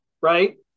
right